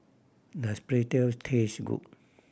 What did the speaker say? does Pretzel taste good